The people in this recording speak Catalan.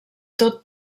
tot